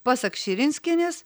pasak širinskienės